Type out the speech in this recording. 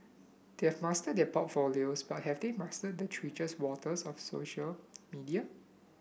they have mastered their portfolios but have they mastered the treacherous waters of social media